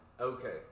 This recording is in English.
okay